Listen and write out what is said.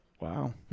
Wow